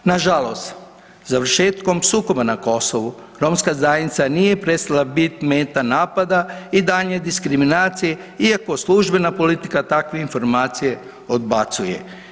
Nažalost, završetkom sukoba na Kosovu, romska zajednica nije prestala biti meta napada i daljnje diskriminacije iako službena politika takve informacije odbacuje.